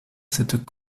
cette